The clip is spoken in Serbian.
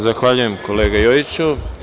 Zahvaljujem, kolega Jojiću.